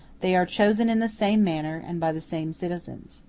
they are chosen in the same manner, and by the same citizens.